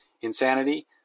insanity